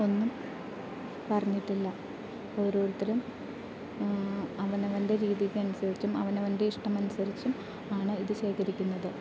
ഒന്നും പറഞ്ഞിട്ടില്ല ഓരോരുത്തരും അവനവൻ്റെ രീതിക്ക് അനുസരിച്ചും അവനവൻ്റെ ഇഷ്ടം അനുസരിച്ചും ആണ് ഇത് ശേഖരിക്കുന്നത്